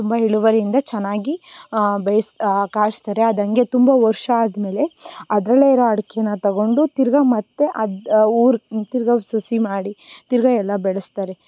ತುಂಬ ಇಳುವರಿಯಿಂದ ಚೆನ್ನಾಗಿ ಬೇಯ್ಸಿ ಕಾಯಿಸ್ತಾರೆ ಅದಂಗೆ ತುಂಬ ವರ್ಷ ಆದಮೇಲೆ ಅದರಲ್ಲೆ ಇರೊ ಅಡಿಕೇನ ತಗೊಂಡು ತಿರ್ಗಿ ಮತ್ತು ಅದು ಊರು ತಿರ್ಗಿ ಸಸಿ ಮಾಡಿ ತಿರ್ಗಿ ಎಲ್ಲ ಬೆಳೆಸ್ತಾರೆ